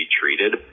treated